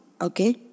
okay